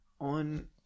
on